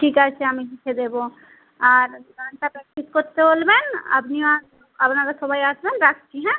ঠিক আছে আমি লিখে দেবো আর গানটা প্র্যাকটিস করতে বলবেন আপনি আর আপনারা সবাই আসবেন রাখছি হ্যাঁ